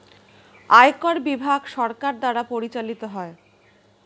আয়কর বিভাগ সরকার দ্বারা পরিচালিত হয়